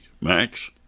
Max